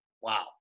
wow